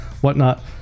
whatnot